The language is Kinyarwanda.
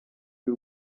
y’u